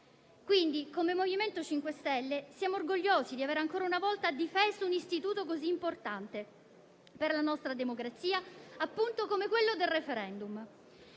vivere. Come MoVimento 5 Stelle, quindi, siamo orgogliosi di avere ancora una volta difeso un istituto così importante per la nostra democrazia come quello del *referendum*